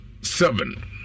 seven